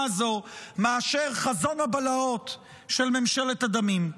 הזו מאשר חזון הבלהות של ממשלת הדמים.